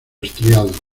estriado